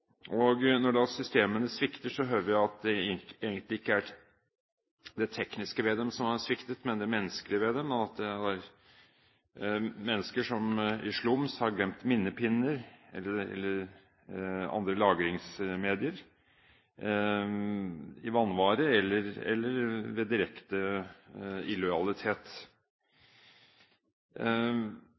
og når systemene svikter, hører vi at det egentlig ikke er det tekniske ved dem som har sviktet, men det menneskelige ved dem, og at det var mennesker som slumset og glemte minnepinner eller andre lagringsmedier, i vanvare eller ved direkte illojalitet.